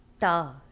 Ta